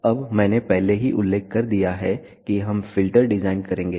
अब मैंने पहले ही उल्लेख कर दिया है कि हम फिल्टर डिजाइन करेंगे